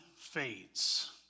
fades